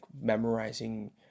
memorizing